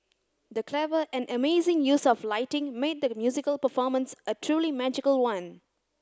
the clever and amazing use of lighting made the musical performance a truly magical one